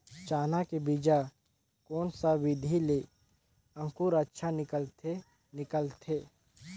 चाना के बीजा कोन सा विधि ले अंकुर अच्छा निकलथे निकलथे